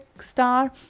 star